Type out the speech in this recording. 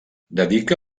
dedica